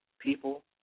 People